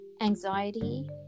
anxiety